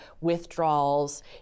withdrawals